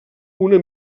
una